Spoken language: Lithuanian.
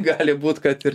gali būt kad ir